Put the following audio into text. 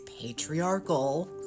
patriarchal